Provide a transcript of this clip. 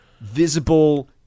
visible